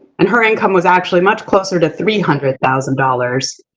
and her income was actually much closer to three hundred thousand dollars,